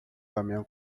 caminhão